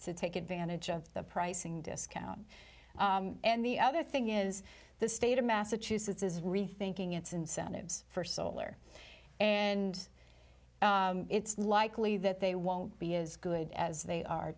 to take advantage of the pricing discount and the other thing is the state of massachusetts is rethinking its incentives for solar and it's likely that they won't be as good as they are